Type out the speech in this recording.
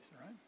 right